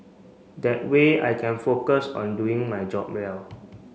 that way I can focus on doing my job well